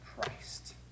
Christ